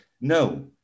No